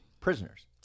Prisoners